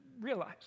realize